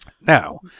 Now